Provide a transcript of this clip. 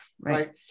Right